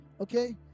okay